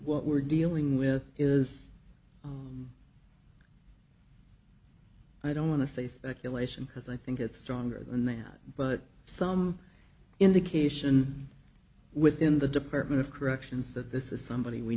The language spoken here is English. what we're dealing with is i don't want to say speculation because i think it's stronger than that but some indication within the department of corrections that this is somebody we